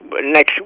next